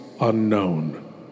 unknown